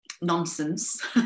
nonsense